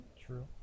True